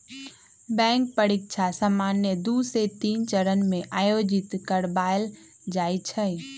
bank परीकछा सामान्य दू से तीन चरण में आयोजित करबायल जाइ छइ